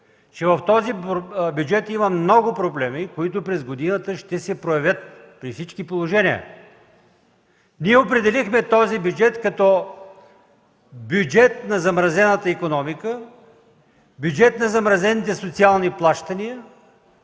че в него има много проблеми, които през годината ще се проявят при всички положения. Определихме този бюджет като бюджет на замразената икономика, бюджет на замразените социални плащания,